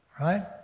right